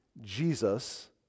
Jesus